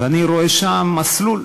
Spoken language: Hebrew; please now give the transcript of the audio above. ואני רואה שם מסלול.